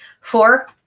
Four